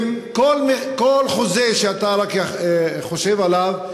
כל חוזה שאתה רק חושב עליו,